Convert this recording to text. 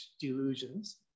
delusions